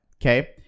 Okay